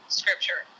scripture